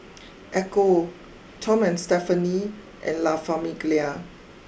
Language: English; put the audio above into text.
Ecco Tom and Stephanie and La Famiglia